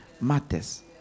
matters